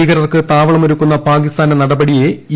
ഭീകരർക്ക് താവളമൊരുക്കുന്ന പാകിസ്ഥാന്റെ നടപടിയെ ഇ